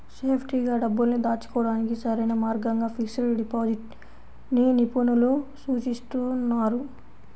సేఫ్టీగా డబ్బుల్ని దాచుకోడానికి సరైన మార్గంగా ఫిక్స్డ్ డిపాజిట్ ని నిపుణులు సూచిస్తున్నారు